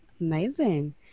amazing